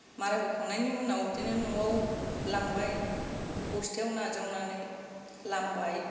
मारा होखांनायनि उनाव बिदिनो न'आव लांबाय बस्थायाव नाजावनानै लामबाय